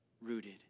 rooted